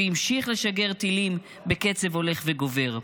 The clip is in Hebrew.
והמשיך לשגר טילים בקצב הולך וגובר.